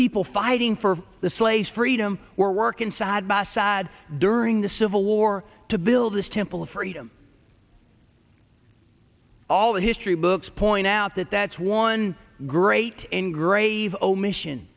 people fighting for the slaves freedom were working side by side during the civil war to build this temple of freedom all the history books point out that that's one great engrave omission